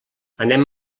anem